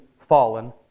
fallen